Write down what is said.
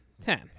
ten